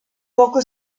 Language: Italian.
poco